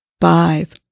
five